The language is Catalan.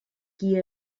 qui